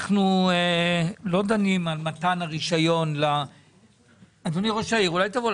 אנחנו לא דנים על מתן הרישיון שתלוי ועומד בבית